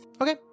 okay